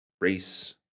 race